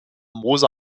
moser